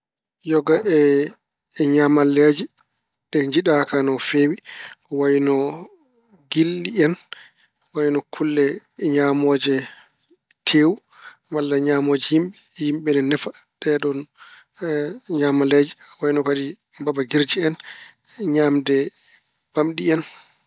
Yoga e ñaamalleeji ɗe njiɗaaka no feewi ko wayno gilɗi en, ko wayno kulle ñaamooje tewu, walla ñaamooje yimɓe. Yimɓe ine nefa ɗeeɗoon ñaamaleeje. Ko wayno kadi mbabba ngirja en, ñaamde bamɗi en.